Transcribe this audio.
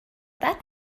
that